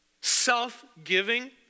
self-giving